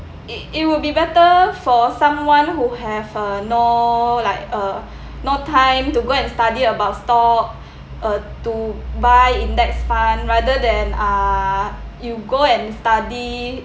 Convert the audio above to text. it it would be better for someone who have uh no like uh no time to go and study about stock uh to buy index fund rather than ah you go and study